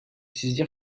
saisirent